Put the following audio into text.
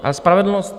A spravedlnost?